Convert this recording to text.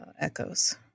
Echoes